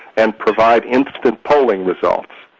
and provide instant polling results.